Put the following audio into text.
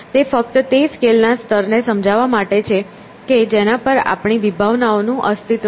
તે ફક્ત તે સ્કેલના સ્તરને સમજાવવા માટે છે કે જેના પર આપણી વિભાવનાઓનું અસ્તિત્વ છે